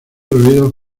ruidos